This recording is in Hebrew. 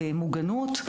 מוגנות,